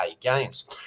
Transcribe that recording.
Games